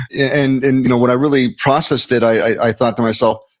and and you know when i really processed it, i thought to myself,